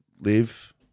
live